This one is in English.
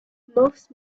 most